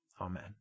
amen